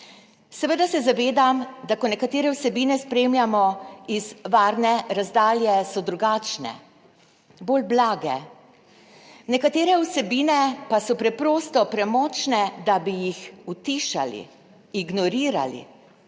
Seveda se zavedam, da ko nekatere vsebine spremljamo iz varne razdalje so drugačne, bolj blage nekatere vsebine pa so preprosto premočne, da bi jih utišali, ignorirali